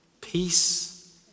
peace